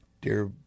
Dear